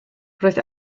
roedd